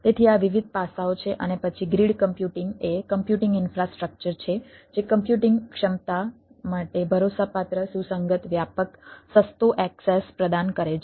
તેથી આ વિવિધ પાસાઓ છે અને પછી ગ્રીડ કમ્પ્યુટિંગ એ કમ્પ્યુટિંગ ઇન્ફ્રાસ્ટ્રક્ચર છે જે કમ્પ્યુટિંગ ક્ષમતા માટે ભરોસાપાત્ર સુસંગત વ્યાપક સસ્તો એક્સેસ પ્રદાન કરે છે